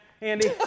Andy